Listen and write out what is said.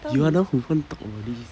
you are the one who want to talk about this